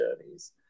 journeys